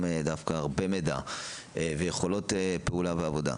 דווקא הרבה מידע ויכולות פעולה ועבודה.